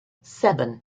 seven